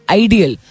ideal